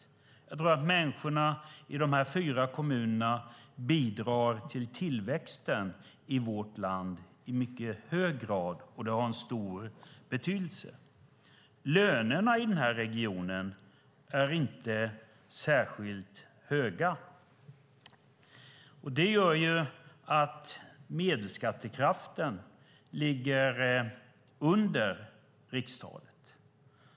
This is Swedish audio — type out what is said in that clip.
Jag tror att människorna i de här fyra kommunerna bidrar till tillväxten i vårt land i mycket hög grad, och det har en stor betydelse. Lönerna i den här regionen är inte särskilt höga. Det gör att medelskattekraften ligger under rikstalet.